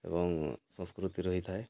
ଏବଂ ସଂସ୍କୃତି ରହିଥାଏ